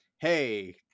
hey